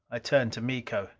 i turned to miko.